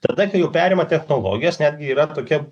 tada kai jau perima technologijas netgi yra tokia